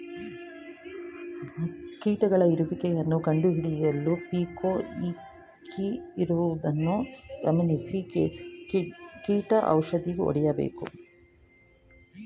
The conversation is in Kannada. ಕೀಟಗಳ ಇರುವಿಕೆಯನ್ನು ಕಂಡುಹಿಡಿಯಲು ಪಿಕ್ಕೇ ಇಕ್ಕಿರುವುದನ್ನು ಗಮನಿಸಿ ಕೀಟ ಔಷಧಿ ಹೊಡೆಯಬೇಕು